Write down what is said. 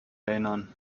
erinnern